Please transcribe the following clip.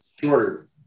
shorter